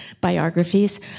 biographies